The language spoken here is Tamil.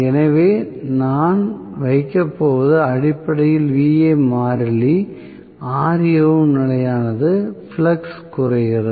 எனவே நான் வைக்கப் போவது அடிப்படையில் Va மாறிலி Ra வும் நிலையானது ஃப்ளக்ஸ் குறைகிறது